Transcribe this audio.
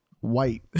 white